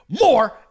more